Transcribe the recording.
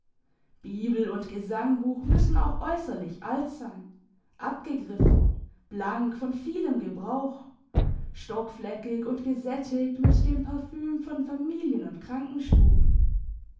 bibel und gesangbuch müssen auch äusserlich alt sein abgegriffen blank von vielem gebrauch stockfleckig und gesättigt mit dem parfüm von familien und